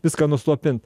viską nuslopint